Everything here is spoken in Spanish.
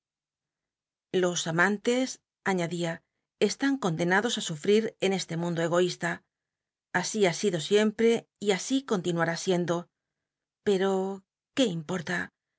los amantes aiiadia cst in condenados i suf i t en este mundo egoísta así ha ido siempre y a i continuará siendo pero cjuó importa